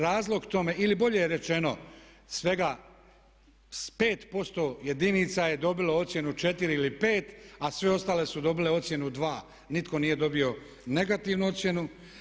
Razlog tome ili bolje rečeno svega s 5% jedinica je dobilo ocjenu 4 ili 5 a sve ostale su dobile ocjenu 2 nitko nije dobio negativnu ocjenu.